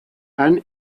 han